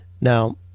Now